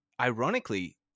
ironically